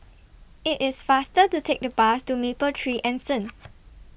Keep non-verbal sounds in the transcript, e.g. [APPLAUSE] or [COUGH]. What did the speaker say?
IT IS faster to Take The Bus to Mapletree Anson [NOISE]